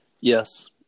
Yes